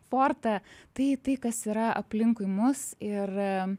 fortą tai tai kas yra aplinkui mus ir